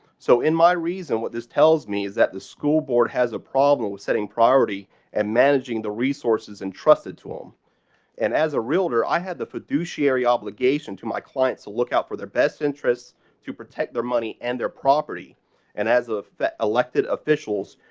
so, in my reason, what this tells me is that the school board has a problem with setting priority and managing the resources and trusted to home um and as a realtor, i had the fiduciary obligation to my clients to look out for their best interest to protect their money and their property and, as ah the elected officials,